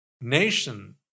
Nation